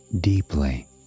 deeply